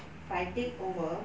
if I take over